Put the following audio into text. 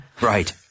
Right